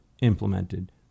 implemented